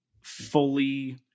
fully